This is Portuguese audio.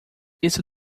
isso